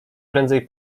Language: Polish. prędzej